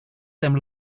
them